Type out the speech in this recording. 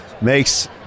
makes